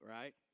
right